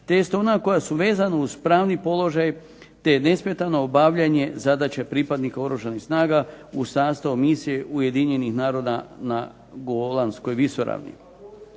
tj. ona koja su vezana uz pravni položaj, te nesmetano obavljanje zadaća pripadnika Oružanih snaga u sastavu misije Ujedinjenih naroda na Golanskoj visoravni.